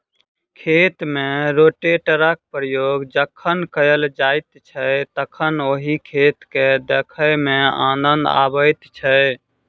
खेत मे रोटेटरक प्रयोग जखन कयल जाइत छै तखन ओहि खेत के देखय मे आनन्द अबैत छै